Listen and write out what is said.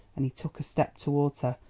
and he took a step towards her.